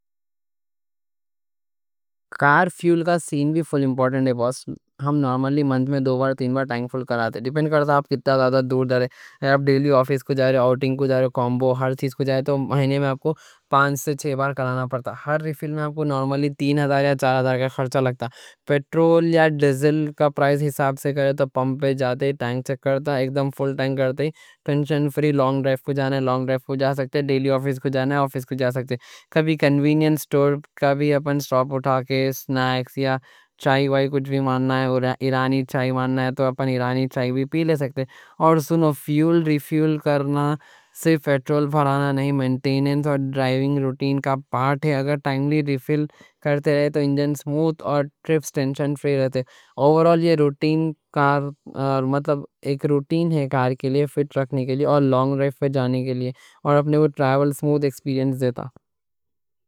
کار فیول کا سین بھی فل امپورٹنٹ ہے باس۔ ہم نارملی مہینے میں دو تین بار ٹینک فل کراتے ہیں۔ ڈیپنڈ کرتا ہے آپ کتا زیادہ دور جا رہے ہیں۔ آپ ڈیلی آفیس کو جا رہے ہیں، آؤٹنگ کو جا رہے ہیں، کبھی ہر چیز کو جا رہے ہیں۔ تو مہینے میں آپ کو پانچ سے چھے بار کرانا پڑتا ہے۔ ہر ریفیل میں آپ کو نارملی تین ہزار یا چار ہزار کا خرچہ لگتا ہے۔ پیٹرول یا ڈیزل کے پرائز کے حساب سے کریں تو پمپ پہ جاتے ہی ٹینک کراتے، ایک دم فل ٹینک کرتے۔ ٹینشن فری لانگ ڈرائیو کو جانا، لانگ ڈرائیو کو جا سکتے ہیں۔ ڈیلی آفیس کو جانا ہے، آفیس کو جا سکتے ہیں۔ کبھی کنوینینس اسٹور جاتے، اپن اٹھا کے سنیکس یا چائے کچھ بھی منگنا، ایرانی چائے منگنا تو اپن ایرانی چائے بھی پی لے سکتے ہیں۔ اور سنو، فیول ریفیل کرنا صرف پیٹرول بھرنا نہیں، مینٹیننس اور ڈرائیونگ روٹین کا پارٹ ہے۔ اگر ٹائم لی ریفیل کرتے رہے تو انجن اسموٹھ اور ٹرپس ٹینشن فری رہتے ہیں۔ اوور آل یہ روٹین کار کے لیے فٹ رکھنے کے لیے اور لانگ ڈرائیو پہ جانے کے لیے، اپن کو ٹریول میں اسموٹھ ایکسپیرینس دیتا۔